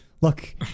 Look